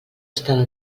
estava